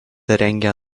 rengia